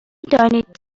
دانید